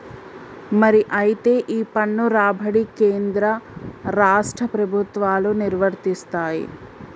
మరి అయితే ఈ పన్ను రాబడి కేంద్ర రాష్ట్ర ప్రభుత్వాలు నిర్వరిస్తాయి